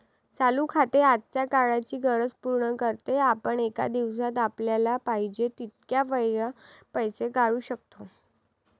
चालू खाते आजच्या काळाची गरज पूर्ण करते, आपण एका दिवसात आपल्याला पाहिजे तितक्या वेळा पैसे काढू शकतो